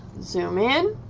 zoom in